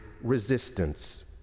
resistance